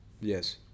Yes